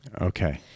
Okay